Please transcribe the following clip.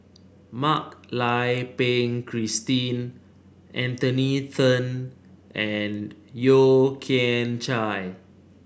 Mak Lai Peng Christine Anthony Then and Yeo Kian Chai